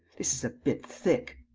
this is a bit thick!